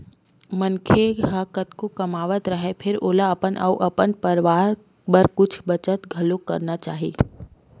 मनखे ह कतको कमावत राहय फेर ओला अपन अउ अपन परवार बर कुछ बचत घलोक करना चाही